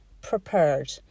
prepared